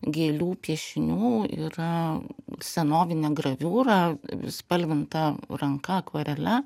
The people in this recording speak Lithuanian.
gėlių piešinių yra senovinė graviūra spalvinta ranka akvarele